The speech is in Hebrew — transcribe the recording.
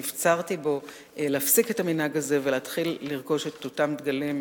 והפצרתי בו להפסיק את המנהג הזה ולהתחיל לרכוש את אותם דגלים,